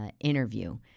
interview